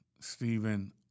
Stephen